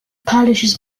polishes